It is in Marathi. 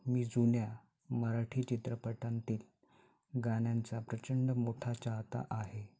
मी जुन्या मराठी चित्रपटांतील गाण्यांचा प्रचंड मोठा चाहता आहे